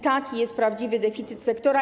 Taki jest prawdziwy deficyt sektora.